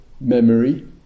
memory